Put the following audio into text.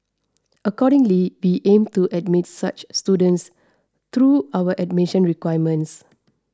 accordingly we aim to admit such students through our admission requirements